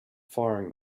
firing